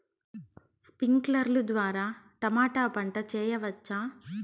స్ప్రింక్లర్లు ద్వారా టమోటా పంట చేయవచ్చా?